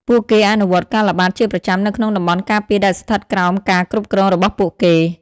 ពួកគេអនុវត្តការល្បាតជាប្រចាំនៅក្នុងតំបន់ការពារដែលស្ថិតក្រោមការគ្រប់គ្រងរបស់ពួកគេ។